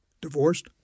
Divorced